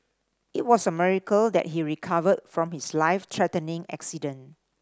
it was a miracle that he recovered from his life threatening accident